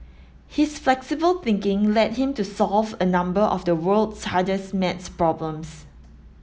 his flexible thinking led him to solve a number of the world's hardest maths problems